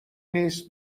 نیس